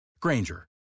Granger